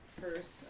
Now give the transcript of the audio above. first